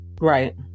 Right